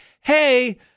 Hey